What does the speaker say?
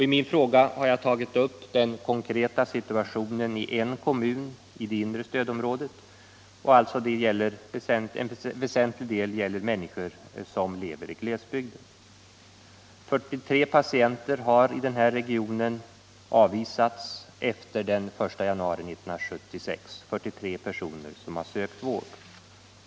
I min fråga har jag tagit upp den konkreta situationen i en kommun i det inre stödområdet, där det till väsentlig del gäller människor som lever i glesbygd. 43 personer som sökt tandvård har i den här regionen avvisats efter den I januari 1976.